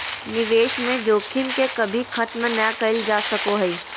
निवेश में जोखिम के कभी खत्म नय कइल जा सको हइ